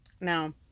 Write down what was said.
Now